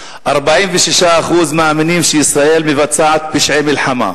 46% מאמינים שישראל מבצעת פשעי מלחמה,